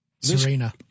Serena